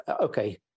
okay